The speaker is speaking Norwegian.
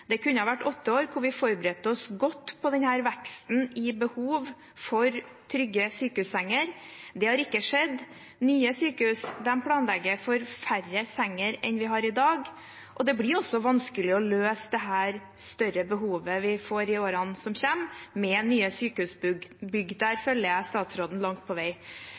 Det kunne vært åtte år hvor vi forberedte oss godt på denne veksten i behov for trygge sykehussenger. Det har ikke skjedd. Nye sykehus planlegger for færre senger enn vi har i dag, og det blir også vanskelig å løse dette større behovet vi får i årene som kommer, med nye sykehusbygg. Der følger jeg statsråden langt på vei.